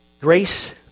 Grace